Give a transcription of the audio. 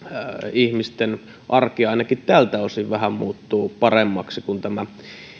ihmisten arki ainakin tältä osin muuttuu vähän paremmaksi kun tämä